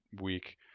week